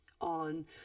on